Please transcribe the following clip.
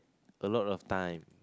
a lot of time